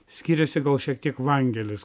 skiriasi gal šiek tiek vangelis